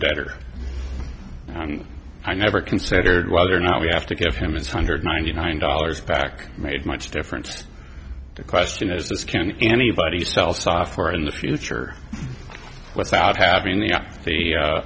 better i never considered whether or not we have to give him his hundred ninety nine dollars back made much difference the question is this can anybody sell software in the future without having the